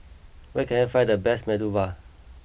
where can I find the best Medu Vada